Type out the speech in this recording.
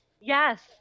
Yes